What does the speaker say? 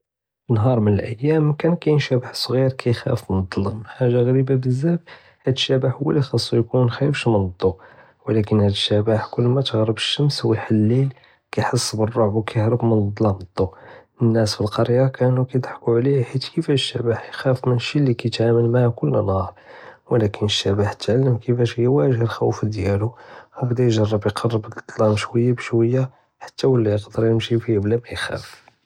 פנהאר מליאם קאן קאין שבח סכיר קיחאפ מן אלזלאם, חאגה גריבה בזאף חית אלשבח הוא לי יחסו יכון מוכתיףש מן אלדאו ולקין הד שבח כל מה תג'רב אלשמש והוא יח'ל אלליל קיחס בראב ויקיהרב מן אלזלאם ללדאו, אלנאס פאלקראיה קאנו קידחקו עלייה חית כיפאש קיחאפ מן שי לי ית'אמל מעאה כל נהאר, לקין אלשבח תעלם כיפאש קיואג'ה אלח'ו דיאלו, ובדה יגרב יקרב מעלזלאם שוייא שוייא כתא וולה יכדר ימשי פיה בלה מיחאפ.